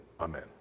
Amen